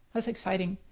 that's exciting.